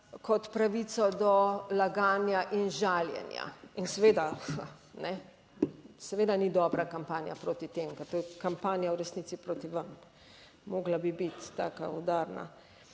kot pravico do laganja in žaljenja. In seveda, ne, seveda ni dobra kampanja proti tem, ker to je kampanja v resnici proti vam. Morala bi biti taka udarna.